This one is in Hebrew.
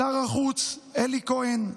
שר החוץ אלי כהן,